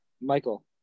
Michael